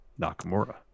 Nakamura